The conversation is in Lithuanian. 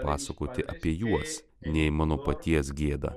pasakoti apie juos nei mano paties gėdą